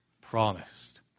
promised